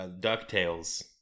DuckTales